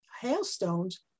hailstones